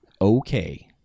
Okay